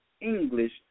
English